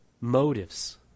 motives